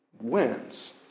wins